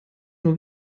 nur